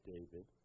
David